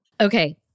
Okay